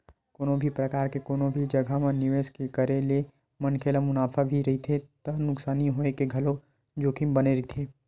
कोनो भी परकार के कोनो भी जघा म निवेस के करे ले मनखे ल मुनाफा भी रहिथे त नुकसानी होय के घलोक जोखिम बने रहिथे